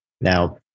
Now